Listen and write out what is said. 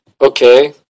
okay